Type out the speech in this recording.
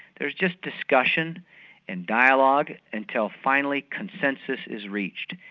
there is just discussion and dialogue until finally consensus is reached,